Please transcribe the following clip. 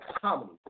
comedy